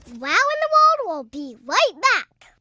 wow in the world will be right back.